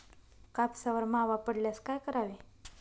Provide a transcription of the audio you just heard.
कापसावर मावा पडल्यास काय करावे?